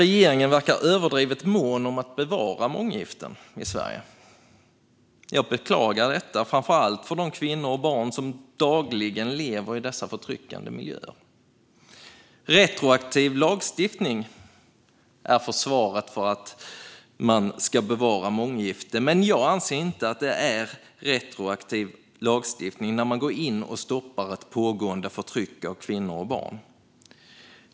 Regeringen verkar överdrivet mån om att bevara månggiften i Sverige. Jag beklagar detta, framför allt för de kvinnor och barn som dagligen lever i dessa förtryckande miljöer. Man säger att detta handlar om "retroaktiv lagstiftning" när man försvarar ett bevarande av månggiften. Men jag anser inte att det är retroaktiv lagstiftning när man går in och stoppar ett pågående förtryck av kvinnor och barn.